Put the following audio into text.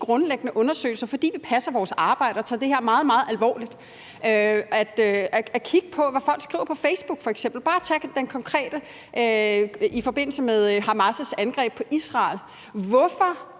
grundlæggende undersøgelser, fordi vi passer vores arbejde og tager det her meget, meget alvorligt. Og f.eks. kan man kigge på, hvad folk skriver på Facebook. Man kan bare tage noget konkret som nu i forbindelse med Hamas' angreb på Israel. Hvorfor